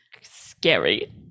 scary